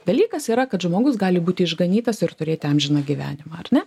dalykas yra kad žmogus gali būti išganytas ir turėti amžiną gyvenimą ar ne